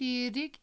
تیٖرٕکۍ